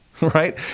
Right